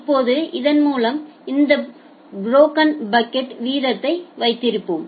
இப்போது இதன் மூலம் இந்த ப்ரோக்கன் பக்கெட்யின் வீதத்தை வைத்திருப்போம்